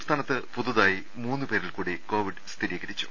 സംസ്ഥാനത്ത് പുതുതായി മൂന്നുപേരിൽക്കൂടി കോവിഡ് സ്ഥിരീ കരിച്ചു